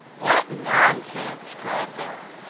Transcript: what nonsense! cried belle.